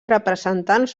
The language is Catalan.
representants